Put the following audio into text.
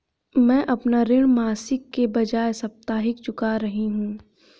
मैं अपना ऋण मासिक के बजाय साप्ताहिक चुका रही हूँ